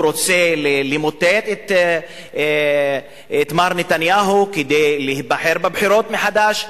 הוא רוצה למוטט את מר נתניהו כדי להיבחר בבחירות מחדש.